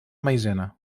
maizena